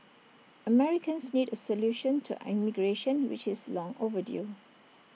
Americans need A solution to immigration which is long overdue